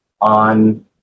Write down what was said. on